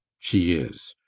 she is.